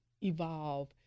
evolve